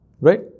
Right